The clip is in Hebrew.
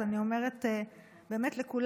אז אני אומרת באמת לכולם: